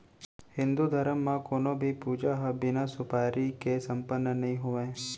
हिन्दू धरम म कोनों भी पूजा ह बिना सुपारी के सम्पन्न नइ होवय